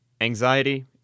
anxiety